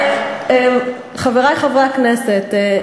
חברי חברי הכנסת,